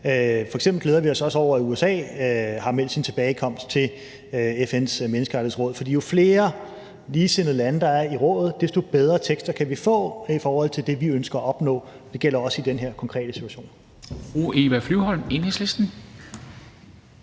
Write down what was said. F.eks. glæder vi os også over, at USA har meldt sin tilbagekomst til FN's Menneskerettighedsråd, for jo flere ligesindede lande, der er i rådet, desto bedre tekster kan vi få i forhold til det, vi ønsker at opnå. Det gælder også i den her konkrete situation.